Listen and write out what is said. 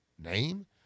name